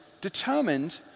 determined